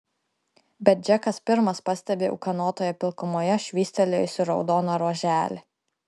bet džekas pirmas pastebi ūkanotoje pilkumoje švystelėjusį raudoną ruoželį